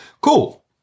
Cool